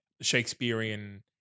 Shakespearean